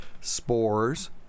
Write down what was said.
spores